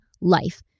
life